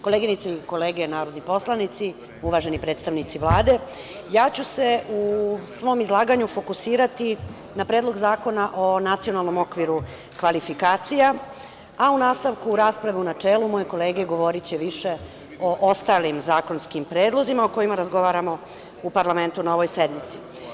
Koleginice i kolege narodni poslanici, uvaženi predstavnici Vlade, u svom izlaganju fokusiraću se na Predlog zakona o Nacionalnom okviru kvalifikacija, a u nastavku rasprave u načelu moje kolege govoriće više o ostalim zakonskim predlozima o kojima razgovaramo u parlamentu na ovoj sednici.